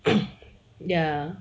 ya